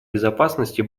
безопасности